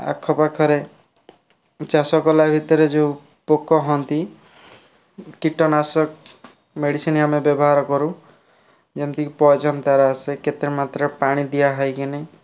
ଆଖପାଖରେ ଚାଷ କଲା ଭିତରେ ଯେଉଁ ପୋକ ହୁଅନ୍ତି କୀଟନାଶକ ମେଡ଼ିସିନ୍ ଆମେ ବ୍ୟବହାର କରୁ ଯେମିତିକି ପଏଜନ୍ ତା'ର ଆସେ କେତେ ମାତ୍ରା ପାଣି ଦିଆ ହୋଇକରି